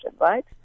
right